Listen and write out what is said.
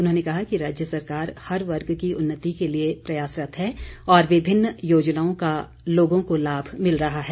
उन्होंने कहा कि राज्य सरकार हर वर्ग की उन्नति के लिए प्रयासरत्त है और विभिन्न योजनाओं का लोगों को लाभ मिल रहा है